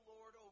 Lord